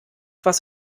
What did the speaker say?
was